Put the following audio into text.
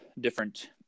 different